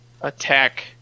attack